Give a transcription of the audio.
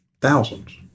thousands